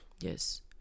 yes